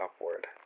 Upward